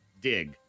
dig